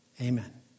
Amen